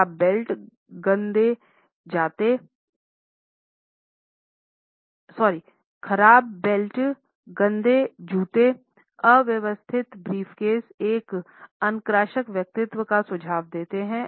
ख़राब बेल्ट गंदे जाते अव्यवस्थित ब्रीफकेस एक अनकांशस व्यक्तित्व का सुझाव देते हैं